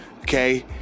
Okay